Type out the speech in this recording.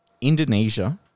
Indonesia